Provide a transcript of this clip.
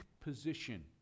position